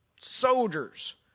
soldiers